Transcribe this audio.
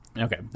Okay